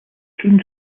tunes